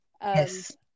Yes